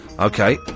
Okay